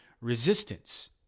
resistance